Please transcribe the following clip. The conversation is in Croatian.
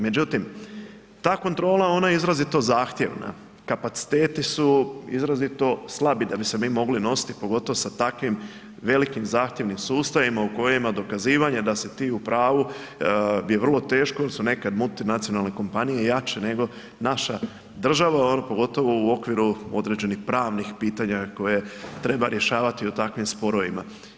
Međutim, ta kontrola ona je izrazito zahtjevna, kapaciteti su izrazito slabi da bi se mi mogli nositi pogotovo sa takvim velikim zahtjevnim sustavima u kojima dokazivanja da si ti u pravu je vrlo teško jel su nekad multinacionalne kompanije nego jače nego naša država pogotovo u okviru određenih pravnih pitanja koje treba rješavati u takvim sporovima.